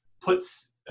puts